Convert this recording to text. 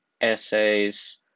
essays